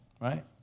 right